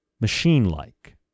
machine-like